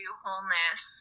wholeness